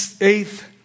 eighth